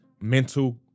mental